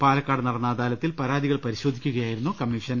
പാലക്കാട് നടന്ന അദാലത്തിൽ പരാതികൾ പരിശോധിക്കുകയായി രുന്നു കമ്മീഷൻ